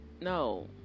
No